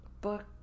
book